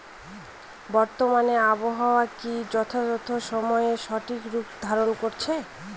বর্তমানে আবহাওয়া কি যথাযথ সময়ে সঠিক রূপ ধারণ করছে?